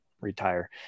retire